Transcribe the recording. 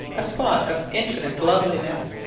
a spot of infinite loveliness.